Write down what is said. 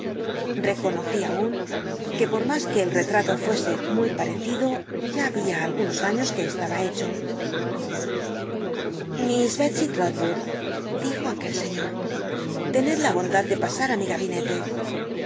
reconocí aun que por mas que el rctrato fuese muy parecido ya babia algunos años que estaba hecho liss ijclsey trolwood dijo aquel sciior tened la bondad de pasar í mi gabinete